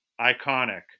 iconic